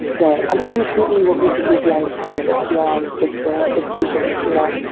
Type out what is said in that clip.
but i'm trying to see what we can do beyond the performative, beyond just the the t-shirts, you know?